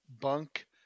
Bunk